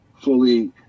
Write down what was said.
fully